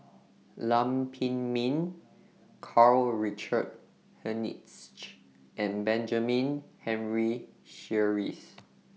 Lam Pin Min Karl Richard Hanitsch and Benjamin Henry Sheares